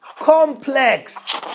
Complex